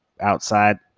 outside